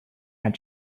had